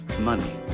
money